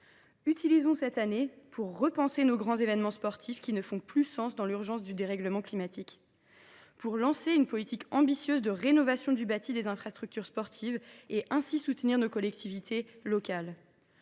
Utilisons cette année pour repenser nos grands événements sportifs, qui ne font plus sens dans l’urgence du dérèglement climatique, pour lancer une politique ambitieuse de rénovation du bâti des infrastructures sportives, et ainsi soutenir nos collectivités locales,